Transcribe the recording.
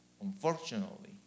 unfortunately